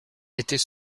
était